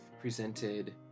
presented